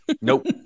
Nope